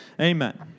Amen